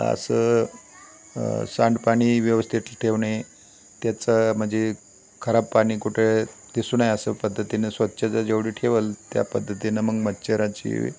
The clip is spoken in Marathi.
असं सांड पाणी व्यवस्थित ठेवणे त्याचं म्हणजे खराब पाणी कुठे दिसू नये असं पद्धतीनं स्वच्छता जेवढी ठेवेल त्या पद्धतीनं मग मच्छराची